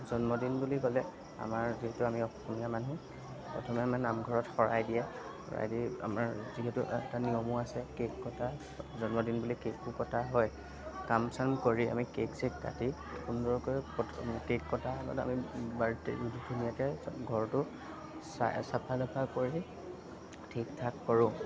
জন্মদিন বুলি ক'লে আমাৰ যিহেতু আমি অসমীয়া মানুহ প্ৰথমে আমাৰ নামঘৰত শৰাই দিয়ে শৰাই দি আমাৰ যিহেতু এটা নিয়মো আছে কেক কটা জন্মদিন বুলি কেকো কটা হয় কাম চাম কৰি আমি কেক চেক কাটি সুন্দৰকৈ ফট কেক কটা আগত আমি বাৰ্থডে ধুনীয়াকৈ ঘৰটো চাফা তাফা কৰি ঠিক ঠাক কৰোঁ